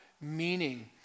meaning